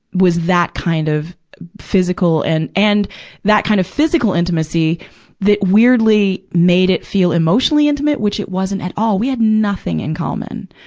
was that kind of physical and, and that kind of physical intimacy that weirdly made it feel emotionally intimate, which is wasn't at all. we had nothing in common.